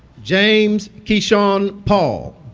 james keshawn paul